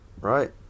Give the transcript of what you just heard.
right